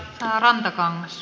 rouva puhemies